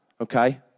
Okay